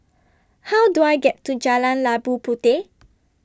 How Do I get to Jalan Labu Puteh